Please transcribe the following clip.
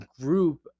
group